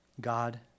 God